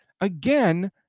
Again